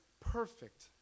perfect